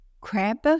crab